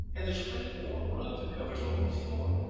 and this great warm rug that covers all the floor,